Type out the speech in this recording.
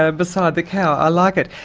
ah beside the cow. i like it.